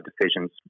decisions